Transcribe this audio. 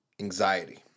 Anxiety